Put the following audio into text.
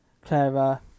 Clara